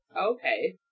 Okay